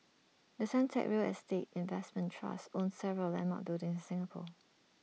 the Suntec real estate investment trust owns several landmark buildings in Singapore